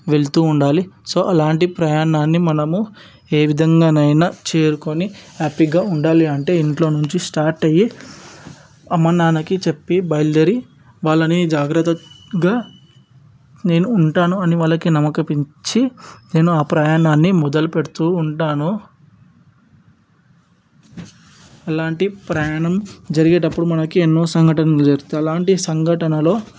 వెళుతూ ఉండాలి సో అలాంటి ప్రయాణాన్ని మనము ఏ విధంగానైనా చేరుకొని హ్యాపీగా ఉండాలి అంటే ఇంట్లో నుంచి స్టార్ట్ అయి అమ్మ నాన్నకి చెప్పి బయలుదేరి వాళ్ళని జాగ్రత్తగా నేను ఉంటాను అని వాళ్ళకి నమ్మకము ఇప్పించి నేను ఆ ప్రయాణాన్ని మొదలు పెడుతూ ఉంటాను అలాంటి ప్రయాణం జరిగేటప్పుడు మనకి ఎన్నో సంఘటనలు జరుగుతాయి అలాంటి సంఘటనలో